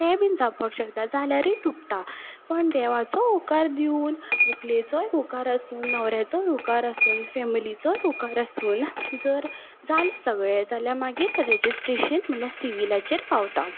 ते बी जावपाक शकता जाल्यारूय तुट्टा पूण देवाचो होकार दिवन व्हंकलेचोय होकार आसून न्हवऱ्याचोय होकार आसून फॅमिलीचोय होकार आसून जर जालें सगलें जाल्यार मागीर रजिस्ट्रेशन म्हणल्यार सिविलाचेर पावता